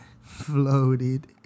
Floated